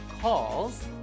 calls